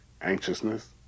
anxiousness